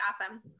awesome